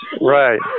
right